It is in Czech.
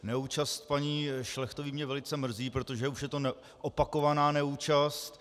Neúčast paní Šlechtové mě velice mrzí, protože už je to opakovaná neúčast.